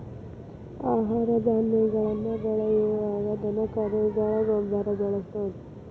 ಆಹಾರ ಧಾನ್ಯಗಳನ್ನ ಬೆಳಿಯುವಾಗ ದನಕರುಗಳ ಗೊಬ್ಬರಾ ಬಳಸುದು